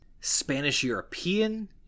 Spanish-European